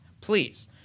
please